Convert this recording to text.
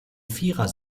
vierer